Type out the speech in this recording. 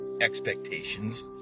expectations